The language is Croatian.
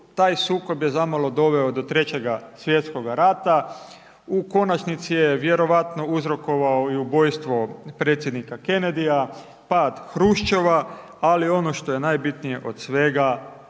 Taj sukob je zamalo doveo do Trećega svjetskoga rata, u konačnici je vjerojatno uzrokovao i ubojstvo predsjednika Kennedyja , pad Hruščova ali ono što je najbitnije od svega